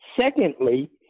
secondly